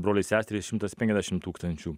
broliai seserys šimtas penkiasdešim tūkstančių